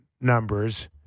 numbers